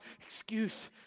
excuse